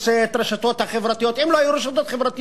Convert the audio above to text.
יש הרשתות החברתיות,